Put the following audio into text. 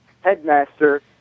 headmaster